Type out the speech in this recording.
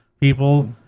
people